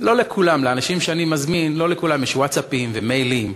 האנשים שאני מזמין, לא לכולם יש ווטסאפים ומיילים.